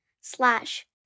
slash